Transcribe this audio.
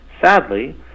sadly